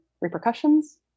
repercussions